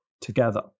together